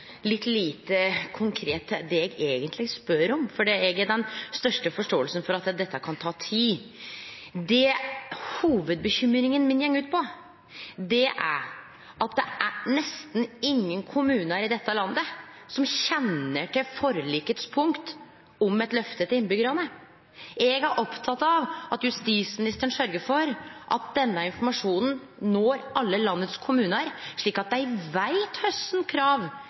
eg eigentleg spør om. Eg har den største forståinga for at dette kan ta tid. Det hovudbekymringa mi går ut på, er at det er nesten ingen kommunar i dette landet som kjenner til det punktet i forliket om eit løfte til innbyggjarane. Eg er oppteken av at justisministeren sørgjer for at denne informasjonen når alle kommunane i landet, slik at dei veit kva for nokre krav